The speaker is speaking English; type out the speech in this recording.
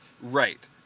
Right